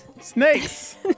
Snakes